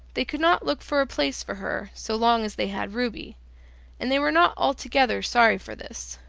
they could not look for a place for her so long as they had ruby and they were not altogether sorry for this.